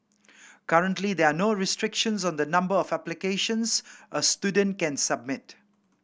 currently there are no restrictions of the number of applications a student can submit